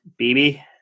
BB